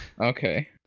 Okay